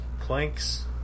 planks